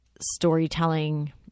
storytelling